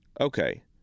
Okay